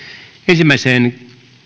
ensimmäiseen